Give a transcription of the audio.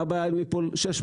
מה הבעיה אם ייפול 600?"